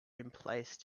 emplaced